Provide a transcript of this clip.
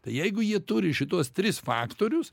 tai jeigu jie turi šituos tris faktorius